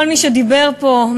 כל מי שדיבר פה,